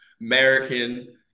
American